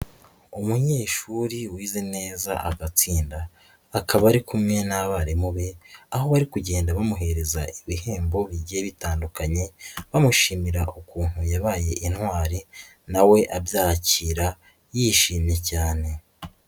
Umunyeshuri wize neza agatsinda, akaba ari kumwe n'abarimu be, aho bari kugenda bamuhereza ibihembo bigiye bitandukanye, bamushimira ukuntu yabaye intwari na we abyakira yishimye cyane.